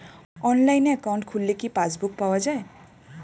অনলাইনে একাউন্ট খুললে কি পাসবুক পাওয়া যায়?